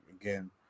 again